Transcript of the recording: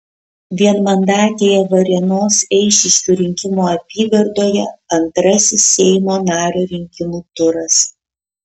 vienmandatėje varėnos eišiškių rinkimų apygardoje antrasis seimo nario rinkimų turas